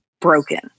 broken